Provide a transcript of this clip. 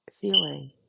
feeling